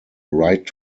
right